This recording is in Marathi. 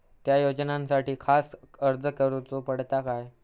त्या योजनासाठी खास अर्ज करूचो पडता काय?